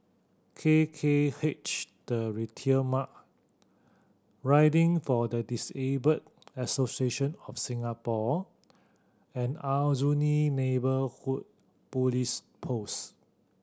K K H The Retail Riding for the Disabled Association of Singapore and Aljunied Neighbourhood Police Post